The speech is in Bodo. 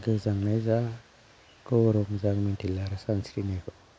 गोजांनायब्ला खुनु रंजानाय गैला आरो सानस्रिनायखौ